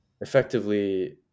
effectively